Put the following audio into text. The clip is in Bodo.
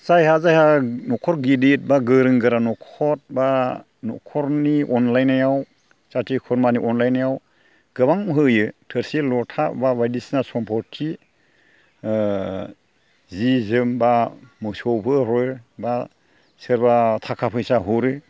जायहा जायहा न'खर गिदिर एबा गोरों गोरा न'खर एबा न'खरनि अनज्लायनायाव जाथि खुरमानि अनज्लायनायाव गोबां होयो थोरसि लथा एबा बायदिसिना सम्फथि जि जोम एबा मोसौबो हरो एबा सोरबा थाखा फैसा हरो